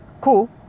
cool